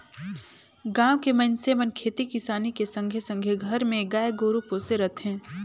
गाँव के मइनसे मन खेती किसानी के संघे संघे घर मे गाय गोरु पोसे रथें